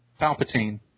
Palpatine